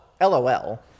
LOL